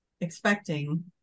expecting